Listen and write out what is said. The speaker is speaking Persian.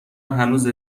هنوز